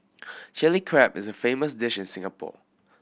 Chilli Crab is a famous dish in Singapore